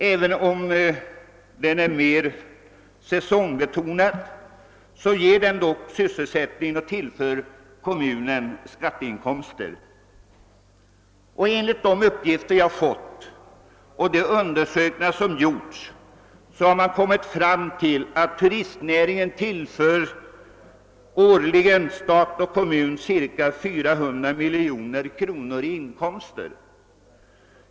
även om den är mera säsongbetonad, skapar den dock sysselsättning och ger kommunen skatteinkomster. Enligt uppgift visar gjorda undersökningar att turistnäringen Åårligen tillför stat och kommun ca 400 miljoner kronor.